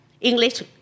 English